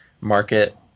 market